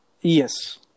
Yes